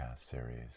series